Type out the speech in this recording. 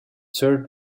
served